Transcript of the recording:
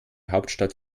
hauptstadt